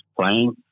playing